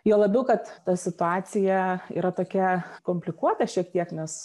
juo labiau kad ta situacija yra tokia komplikuota šiek tiek nes